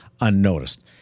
unnoticed